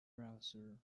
browser